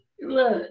Look